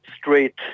straight